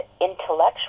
intellectual